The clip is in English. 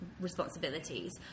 responsibilities